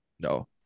no